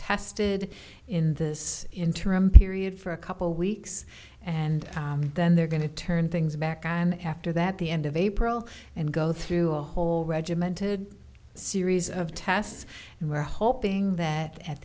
tested in this interim period for a couple weeks and then they're going to turn things back on after that the end of april and go through a whole regimented series of tests and we're hoping that at